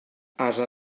ase